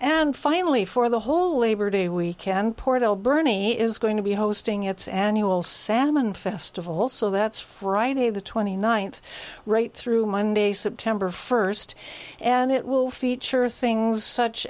nd finally for the whole labor day weekend port alberni is going to be hosting its annual salmon festival so that's friday the twenty ninth right through monday september first and it will feature things such